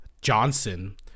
Johnson